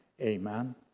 amen